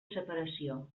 separació